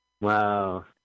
wow